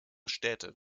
städte